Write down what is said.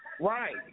Right